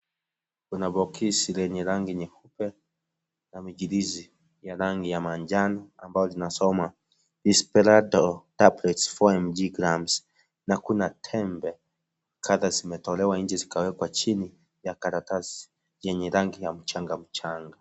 Kuna bokisi lenye rangi nyeupe na mijilizi ya rangi ya manjano ambayo zinasoma (cs)Risperdal Tablets 4mg(cs) na kuna tembe kadha zimetolewa nje zikawekwa chini ya karatasi yenye rangi ya mchangamchanga.